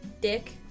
Dick